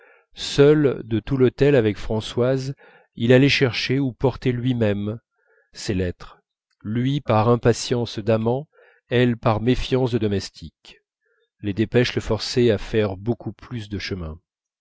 seul de tout l'hôtel avec françoise il allait chercher ou porter lui-même ses lettres lui par impatience d'amant elle par méfiance de domestique